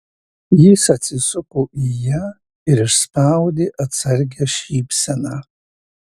jis atsisuko į ją ir išspaudė atsargią šypseną